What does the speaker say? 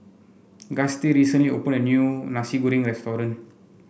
Gustie recently opened a new Nasi Goreng restaurant